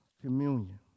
communion